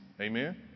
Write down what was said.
Amen